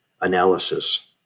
analysis